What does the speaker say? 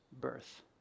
birth